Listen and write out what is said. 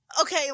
Okay